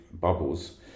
bubbles